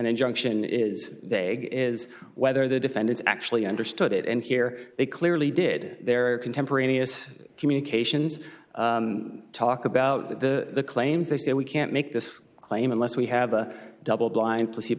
injunction is is whether the defendants actually understood it and here they clearly did their contemporaneous communications talk about the claims they say we can't make this claim unless we have a double blind p